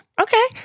okay